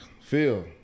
Phil